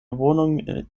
wohnung